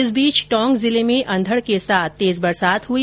इस बीच आज टोंक जिले में अंधड़ के साथ तेज बरसात हुई